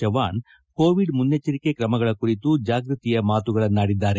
Chavan Covid ಮುನ್ನಚ್ಚರಿಕೆ ಕ್ರಮಗಳ ಕುರಿತು ಜಾಗೃತಿಯ ಮಾತುಗಳನ್ನಾಡಿದ್ದಾರೆ